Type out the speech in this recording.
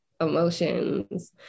emotions